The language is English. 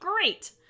great